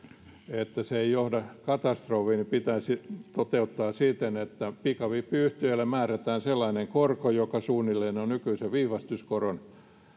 että se ei johda katastrofiin pitäisi toteuttaa siten että pikavippiyhtiöille määrätään sellainen korko joka suunnilleen on nykyisen viivästyskoron